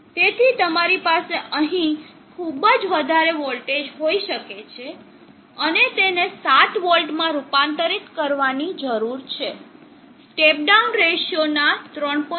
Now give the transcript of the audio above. તેથી તમારી પાસે અહીં ખૂબ જ વધારે વોલ્ટેજ હોઈ શકે છે અને તેને 5 વોલ્ટમાં રૂપાંતરિત કરવાની જરૂર છે સ્ટેપ ડાઉન રેશિયોના 3